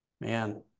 man